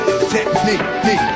technique